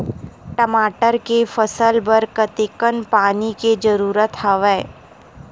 टमाटर के फसल बर कतेकन पानी के जरूरत हवय?